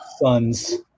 funds